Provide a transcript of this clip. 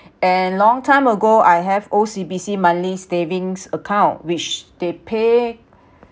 and long time ago I have O_C_B_C monthly savings account which they pay